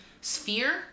Sphere